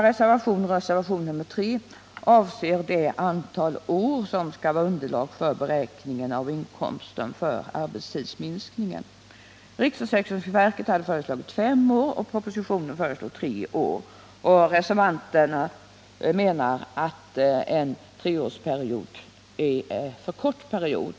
Reservationen 3 gäller det antal år som skall utgöra underlag för beräkningen av egenföretagares inkomst före arbetstidsminskningen. Riksförsäkringsverket har föreslagit fem år, och i propositionen föreslås tre år. Reservanterna anser att tre år är en för kort period.